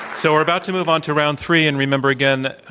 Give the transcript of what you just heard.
so we're about to move on to round three. and, remember, again,